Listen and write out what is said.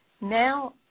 now